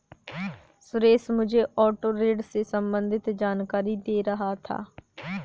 सुरेश मुझे ऑटो ऋण से संबंधित जानकारी दे रहा था